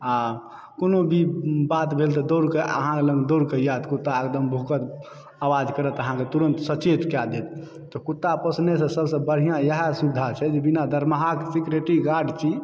आ कोनो भी बात भेल तऽ दौड़कऽ अहाँ लग दौड़ कऽ आयत कुत्ता एगदम भूकत आवाज करत अहाँकऽ तुरत सचेत कए देत तऽ कुत्ता पोसनेसँ सभसँ बढ़िआँ इएह सुविधा छै जे बिना दरमाहाके सिक्युरिटि गार्ड छी